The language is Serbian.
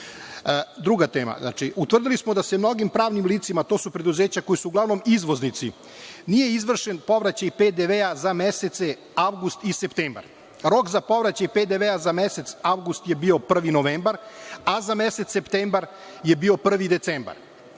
radnog staža? Utvrdili smo da mnogim pravnim licima, a to su preduzeća koja su uglavnom izvoznici, nije izvršen povraćaj PDV za mesece avgust i septembar. Rok za povraćaj PDV za mesec avgust je bio 1. novembar, a za mesec septembar je bio 1. decembar.